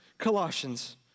colossians